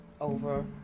over